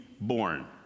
born